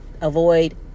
avoid